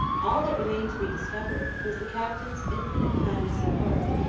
all that remained to be discovered was the captain's infinite kindness of heart,